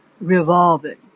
revolving